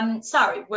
Sorry